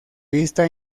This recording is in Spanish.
vista